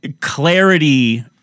clarity